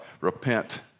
repent